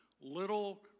Little